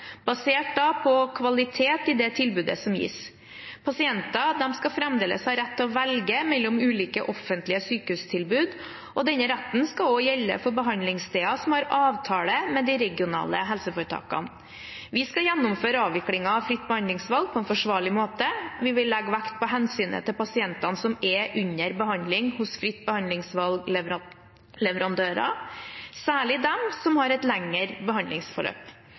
basert på kvalitet i det tilbudet som gis. Pasienter skal fremdeles ha rett til å velge mellom ulike offentlige sykehustilbud, og denne retten skal også gjelde behandlingssteder som har avtale med de regionale helseforetakene. Vi skal gjennomføre avviklingen av fritt behandlingsvalg på en forsvarlig måte. Vi vil legge vekt på hensynet til pasientene som er under behandling hos fritt behandlingsvalg-leverandører, særlig de som har et lengre behandlingsforløp.